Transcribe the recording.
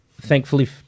thankfully